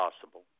possible